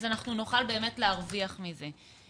אז אנחנו נוכל באמת להרוויח מזה.